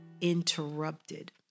interrupted